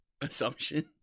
assumption